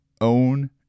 own